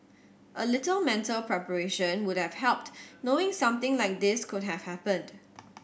a little mental preparation would have helped knowing something like this could have happened